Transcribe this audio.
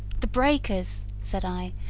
the breakers said i,